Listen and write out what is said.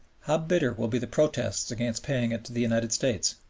how bitter will be the protests against paying it to the united states.